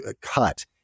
cut